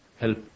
help